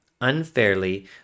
unfairly